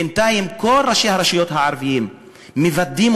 ובינתיים כל ראשי הרשויות הערבים מוודאים